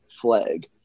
flag